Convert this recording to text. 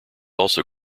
also